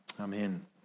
Amen